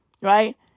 Right